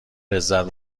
لذت